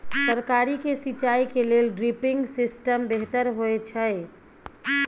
तरकारी के सिंचाई के लेल ड्रिपिंग सिस्टम बेहतर होए छै?